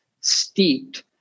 steeped